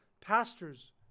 Pastors